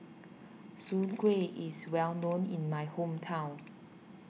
Soon Kuih is well known in my hometown